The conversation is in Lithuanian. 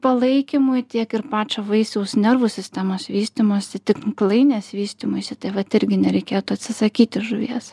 palaikymui tiek ir pačio vaisiaus nervų sistemos vystymosi tinklainės vystymuisi tai vat irgi nereikėtų atsisakyti žuvies